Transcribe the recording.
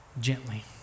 gently